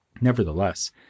Nevertheless